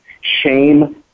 shame